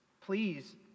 please